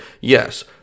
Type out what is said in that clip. Yes